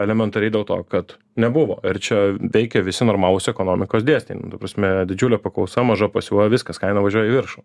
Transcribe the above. elementariai dėl to kad nebuvo ir čia veikia visi normalūs ekonomikos dėsniai ta prasme didžiulė paklausa maža pasiūla viskas kaina važiuoja į viršų